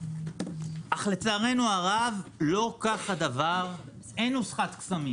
אך לצערנו הרב, אין נוסחת קסמים